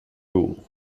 rule